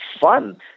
fun